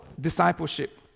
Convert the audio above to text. discipleship